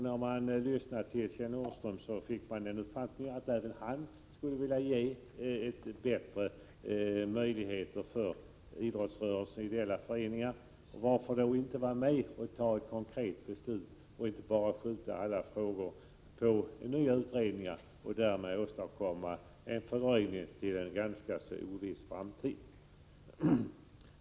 När man lyssnade till Kjell Nordström fick man den uppfattningen att även han skulle vilja ge bättre möjligheter för idrottsrörelsen och för ideella föreningar. Varför vill han då inte ställa sig bakom ett konkret beslut i stället för att skjuta över alla frågor till nya utredningar och därmed åstadkomma en fördröjning till en ganska oviss framtid?